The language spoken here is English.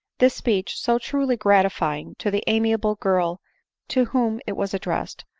this speech, so truly gratifying to the amiable girl to whom it was addressed,